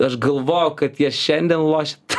aš galvoju kad jie šiandien lošia